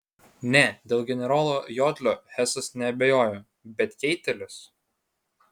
ne dėl generolo jodlio hesas neabejojo bet keitelis